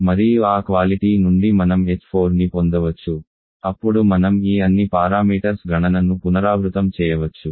మరియు ఆ క్వాలిటీ నుండి మనం h4 ని పొందవచ్చు అప్పుడు మనం ఈ అన్ని పారామీటర్స్ గణన ను పునరావృతం చేయవచ్చు